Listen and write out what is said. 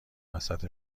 وسط